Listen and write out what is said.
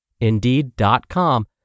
Indeed.com